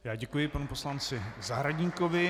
Já děkuji panu poslanci Zahradníkovi.